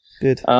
Good